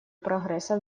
прогресса